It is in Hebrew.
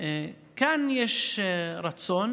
כאן יש רצון